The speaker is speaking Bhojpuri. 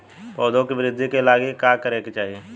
पौधों की वृद्धि के लागी का करे के चाहीं?